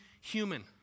human